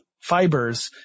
fibers